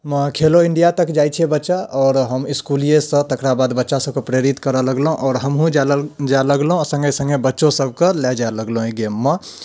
मे खेलो इंडिआ तक जाइत छै बच्चा आओर हम इसकूलियेसँ तकरा बाद बच्चा सभकऽ प्रेरित करऽ लगलहुँ आओर हमहुँ जाय लग जाय लगलहुँ आ सङ्गे सङ्गे बच्चो सभकऽ लै जाय लगलहुँ एहि गेममे